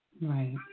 Right